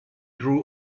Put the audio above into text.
grew